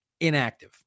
inactive